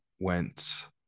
Went